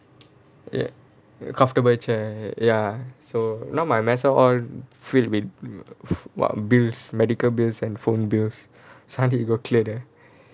ye~ comfortable chair ya so now my மேசை:mesai all filled with what bills medical bills and phone bills suddenly you go clear there